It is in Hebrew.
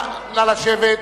נא לשבת.